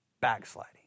backsliding